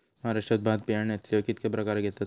महाराष्ट्रात भात बियाण्याचे कीतके प्रकार घेतत?